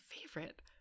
favorite